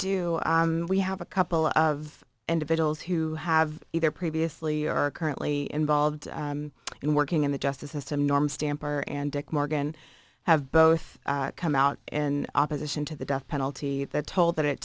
do we have a couple of individuals who have either previously or currently involved in working in the justice system norm stamper and dick morgan have both come out in opposition to the death penalty the toll that it